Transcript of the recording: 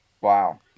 Wow